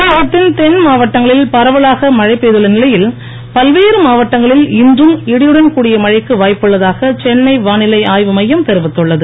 தமிழகத்தின் தென்மாவட்டங்களில் பரவலாக மழை பெய்துள்ள நிலையில் பல்வேறு மாவட்டங்களில் இன்றும் இடியுடன் கூடிய மழைக்கு வாய்ப்புள்ளதாக சென்னை வானிலை ஆய்வு மையம் தெரிவித்துள்ளது